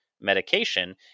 medication